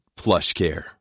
PlushCare